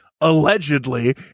allegedly